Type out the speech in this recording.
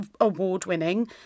award-winning